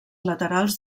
laterals